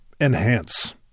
enhance